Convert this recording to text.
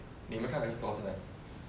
你有没有看那个 score 现在